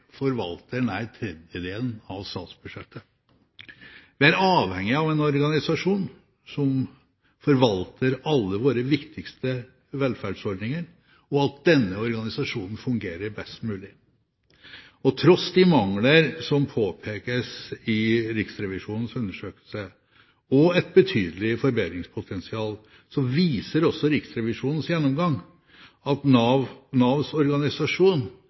forvalter nær tredjedelen av statsbudsjettet. Vi er avhengig av en organisasjon som forvalter alle våre viktigste velferdsordninger, og av at denne organisasjonen fungerer best mulig. Tross de mangler som påpekes i Riksrevisjonens undersøkelse, og et betydelig forbedringspotensial viser også Riksrevisjonens gjennomgang at Navs organisasjon